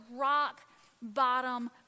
rock-bottom